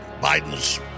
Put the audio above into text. Biden's